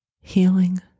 healing